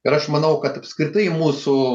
ir aš manau kad apskritai mūsų